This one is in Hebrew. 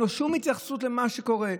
אין לו שום התייחסות למה שקורה.